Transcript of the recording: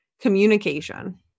communication